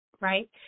right